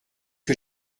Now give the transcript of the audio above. que